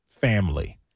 family